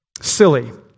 silly